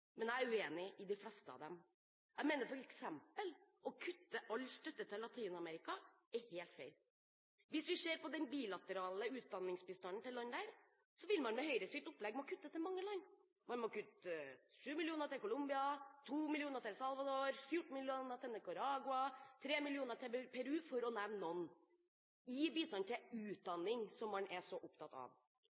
men jeg er uenig i de fleste av dem. Jeg mener f.eks. at å kutte all støtte til Latin-Amerika er helt feil. Hvis vi ser på den bilaterale utdanningsbistanden til land der, vil man med Høyres opplegg måtte kutte overfor mange land. Man må kutte 7 mill. kr til Colombia, 2 mill. kr til El Salvador, 14 mill. kr til Nicaragua, 3 mill. kr til Peru – for å nevne noen – i bistand til utdanning, som man er så opptatt av.